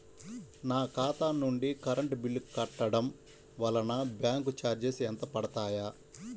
నా ఖాతా నుండి కరెంట్ బిల్ కట్టడం వలన బ్యాంకు చార్జెస్ ఎంత పడతాయా?